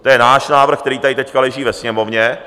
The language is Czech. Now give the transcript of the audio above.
To je náš návrh, který tady teď leží ve Sněmovně.